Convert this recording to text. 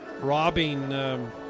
robbing –